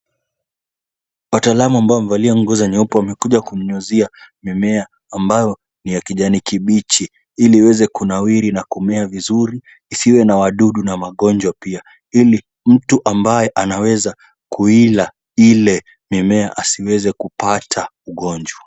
Wataalam ambao wamevalia nguo za nyeupe, wamekuja kunyunyuzia mimea ambayo ni ya kijani kibichi, ili iweze kunawiri na kumea vizuri isiwe na wadudu na magonjwa pia ili mtu ambaye anaweza kuila ile mimea asiweze kupata ugonjwa.